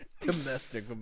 Domestic